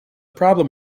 problem